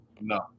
No